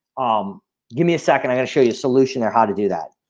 um give me a second, i'm gonna show you a solution or how to do that.